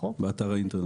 באתר האינטרנט.